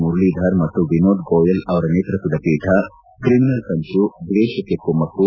ಮುರಳೀಧರ್ ಮತ್ತು ವಿನೋದ್ ಗೋಯಲ್ ಅವರ ನೇತೃತ್ವದ ಪೀಠ ಕ್ರಿಮಿನಲ್ ಸಂಚು ದ್ವೇಷಕ್ಕೆ ಕುಮ್ಹು